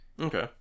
Okay